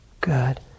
Good